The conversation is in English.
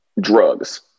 drugs